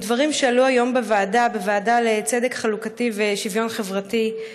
מדברים שעלו היום בוועדה לצדק חלוקתי ושוויון חברתי,